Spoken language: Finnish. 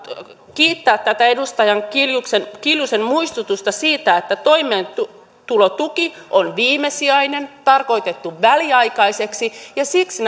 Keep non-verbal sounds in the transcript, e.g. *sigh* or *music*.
kiittää tätä edustaja kiljusen kiljusen muistutusta siitä että toimeentulotuki on viimesijainen tarkoitettu väliaikaiseksi ja siksi *unintelligible*